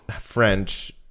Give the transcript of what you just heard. French